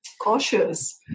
cautious